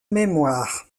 mémoire